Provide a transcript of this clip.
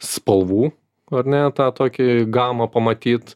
spalvų ar ne tą tokį gamą pamatyt